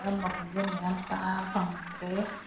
ꯇꯥꯔꯝꯕ ꯈꯣꯟꯖꯦꯟ ꯃꯌꯥꯝ ꯇꯥꯕ ꯐꯪꯗ꯭ꯔꯦ